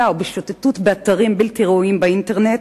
או בשוטטות באתרים בלתי ראויים באינטרנט.